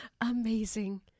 amazing